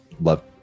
love